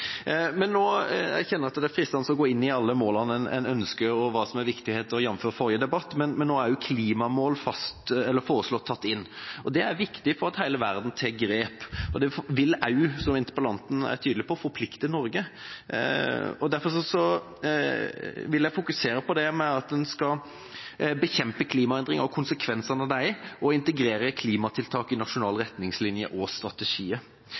Jeg kjenner at det er fristende å gå inn i alle målene en ønsker, og i hva som er viktig, jf. forrige debatt, men nå er jo klimamål foreslått tatt inn. Det er viktig for at hele verden tar grep, og det vil også, som interpellanten er tydelig på, forplikte Norge. Derfor vil jeg fokusere på at en skal bekjempe klimaendringer og konsekvensene av dem og integrere klimatiltak i nasjonale retningslinjer og strategier.